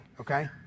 okay